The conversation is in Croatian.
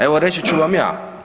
Evo, reći ću vam ja.